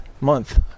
month